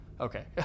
Okay